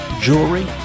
jewelry